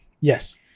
Yes